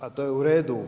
Pa to je u redu.